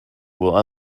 will